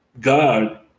God